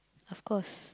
of course